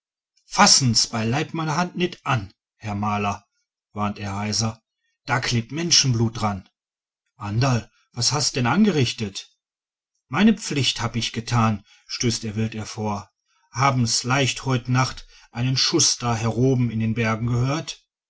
fassen's beileib meine hand net an herr maler warnt er heiser da klebt menschenblut daran anderl was hast denn angerichtet meine pflicht hab ich getan stößt er wild hervor haben's leicht heut nacht einen schuß da heroben in den bergen gehört